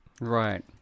right